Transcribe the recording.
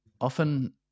often